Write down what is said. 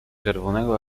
czerwonego